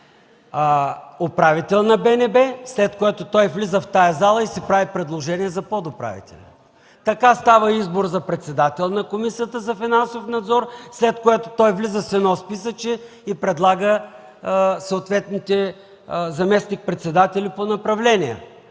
управител на БНБ, след което той влиза в тази зала и си прави предложения за подуправители. Така става избор за председател на Комисията за финансов надзор, след което той влиза с едно списъче и предлага съответните заместник-председатели по направления.